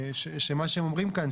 שמה שהם אומרים כאן,